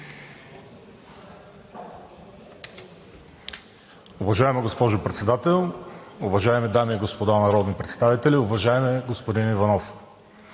Уважаема госпожо Председател, уважаеми дами и господа народни представители! Уважаеми господин Иванов,